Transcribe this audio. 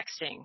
texting